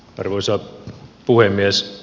arvoisa puhemies